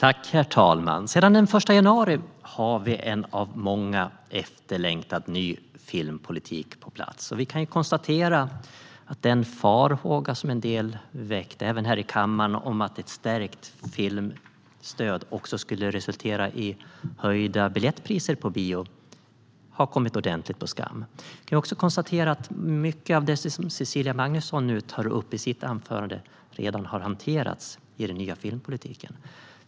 Herr talman! Sedan den 1 januari har vi en av många efterlängtad ny filmpolitik på plats. Vi kan konstatera att den farhåga som en del framfört, även här i kammaren, om att ett stärkt filmstöd också skulle resultera i höjda biljettpriser på bio, har kommit ordentligt på skam. Vi kan också konstatera att mycket av det som Cecilia Magnusson tog upp i sitt anförande redan har hanterats i den nya filmpolitiken.